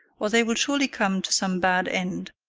or they will surely come to some bad end.